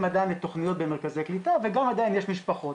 עדיין לתוכניות למרכזי קליטה וגם עדיין יש משפחות.